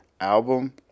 album